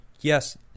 yes